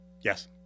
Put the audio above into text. Yes